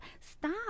stop